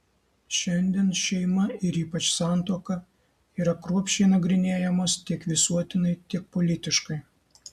šiandien šeima ir ypač santuoka yra kruopščiai nagrinėjamos tiek visuotinai tiek politiškai